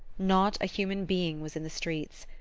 not a human being was in the streets.